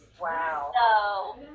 Wow